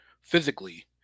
physically